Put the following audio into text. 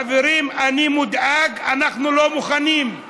חברים, אני מודאג, אנחנו לא מוכנים.